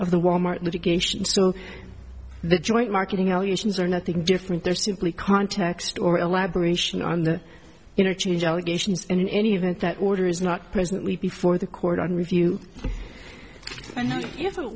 of the wal mart litigation so the joint marketing allegations are nothing different there simply context or elaboration on the interchange allegations and in any event that order is not presently before the court on review and if it